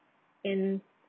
and